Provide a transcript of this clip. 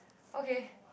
okay